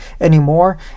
anymore